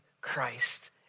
Christ